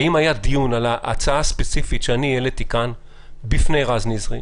האם היה דיון על ההצעה הספציפית שהעליתי כאן בפני רז נזרי?